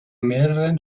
mehreren